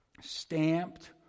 stamped